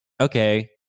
okay